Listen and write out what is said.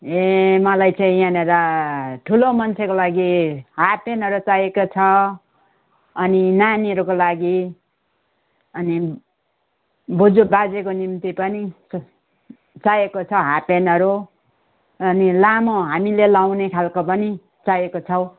ए मालई चाहिँ यहाँनिर ठुलो मान्छेको लागि हाल्फपेन्टहरू चाहिएको छ अनि नानीहरूको लागि अनि बोज्यू बाजेको निम्ति पनि च चाहिएको छ हाल्फपेन्टहरू अनि लामो हामीले लगाउने खालको पनि चाहिएको छ